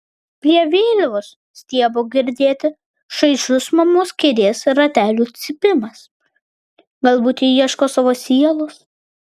prie vėliavos stiebo girdėti šaižus mamos kėdės ratelių cypimas galbūt ji ieško savo sielos